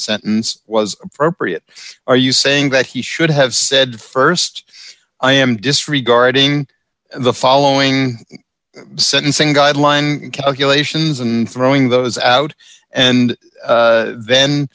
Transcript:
sentence was appropriate are you saying that he should have said st i am disregarding the following sentencing guideline calculations and throwing those out and then